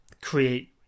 create